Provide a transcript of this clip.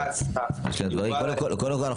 קודם כל,